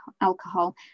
alcohol